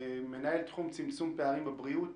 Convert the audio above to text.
בקצרה בבקשה.